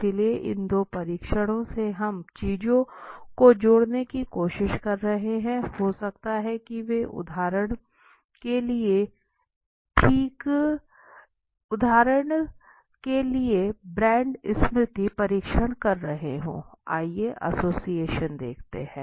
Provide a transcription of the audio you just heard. इसलिए इन दो परीक्षण से हम चीजों को जोड़ने की कोशिश कर रहे थे हो सकता है कि वे उदाहरण के ठीक लिए ब्रांड स्मृति परीक्षण कर रहे हो आइए असोसिएशन देखते हैं